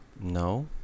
No